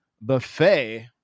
buffet